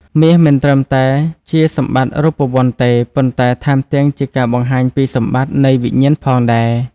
មាសមិនត្រឹមតែជាសម្បត្តិរូបវន្តទេ ប៉ុន្តែថែមទាំងជាការបង្ហាញពីសម្បត្តិនៃវិញ្ញាណផងដែរ។